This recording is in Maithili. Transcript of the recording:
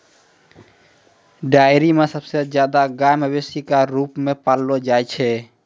डेयरी म सबसे जादा गाय मवेशी क रूप म पाललो जाय छै